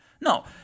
No